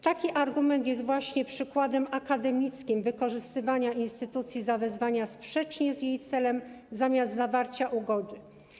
Taki argument jest właśnie akademickim przykładem wykorzystywania instytucji zawezwania sprzecznie z jej celem zamiast zawarcia ugody.